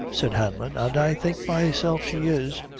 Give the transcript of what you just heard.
said hanlon and think myself she is.